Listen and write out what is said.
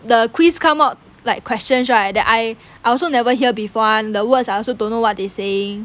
the quiz come out like questions right that I I also never hear before [one] the word I also don't know what they saying